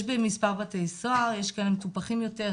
יש במס' בתי סוהר יש כאלה מטופחים יותר,